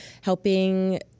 helping